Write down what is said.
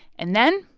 and then,